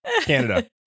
Canada